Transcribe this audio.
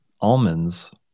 almonds